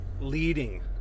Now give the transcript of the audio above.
leading